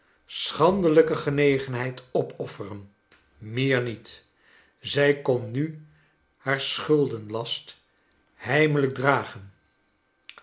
schandelijke genegenheid opofferen meer niet zij kon nu haar schuldenlast heimelijk dragen